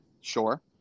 sure